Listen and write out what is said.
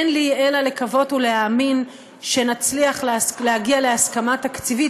אין לי אלא לקוות ולהאמין שנצליח להגיע להסכמה תקציבית.